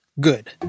Good